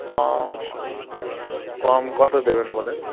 কম কম কত দেবেন বলেন